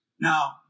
Now